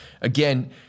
Again